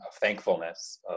thankfulness